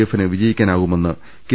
എഫിന് വിജയിക്കാനാവുമെന്ന് കെ